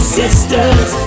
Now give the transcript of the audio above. sisters